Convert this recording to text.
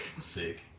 Sick